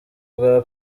bwa